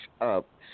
up